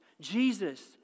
Jesus